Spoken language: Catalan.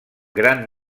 gran